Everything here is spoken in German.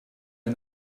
ein